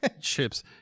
chips